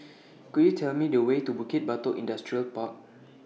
Could YOU Tell Me The Way to Bukit Batok Industrial Park